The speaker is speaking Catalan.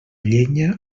llenya